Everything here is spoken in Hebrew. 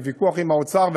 אני בוויכוח עם האוצר,